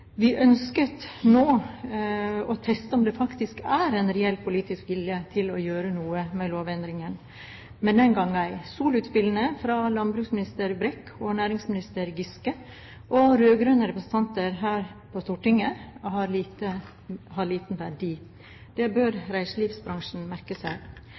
Vi ønsket nå å teste om det er en reell politisk vilje til å gjøre noe med lovendringen, men den gang ei. Soloutspillene fra landbruksminister Brekk, næringsminister Giske og rød-grønne representanter her på Stortinget har liten verdi. Det bør reiselivsbransjen merke seg.